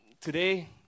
today